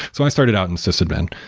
so i started out in sysadmin.